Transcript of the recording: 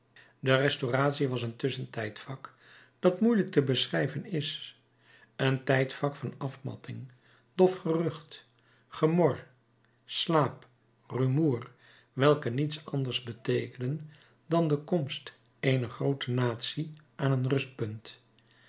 de restauratie was een tusschentijdvak dat moeielijk te beschrijven is een tijdvak van afmatting dof gerucht gemor slaap rumoer welke niets anders beteekenen dan de komst eener groote natie aan een rustpunt